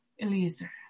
Eliezer